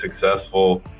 successful